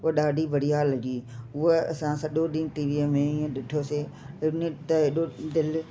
हूअ ॾाढी बढ़िया लॻी हूअ असां सॼो ॾींहुं ईअं टीवीअ में ॾिठोसीं उनमें त दिलि